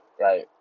right